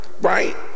right